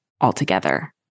altogether